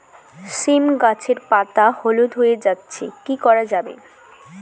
সীম গাছের পাতা হলুদ হয়ে যাচ্ছে কি করা যাবে?